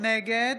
נגד